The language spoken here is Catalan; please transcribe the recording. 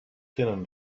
tenen